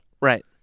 Right